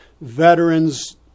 veterans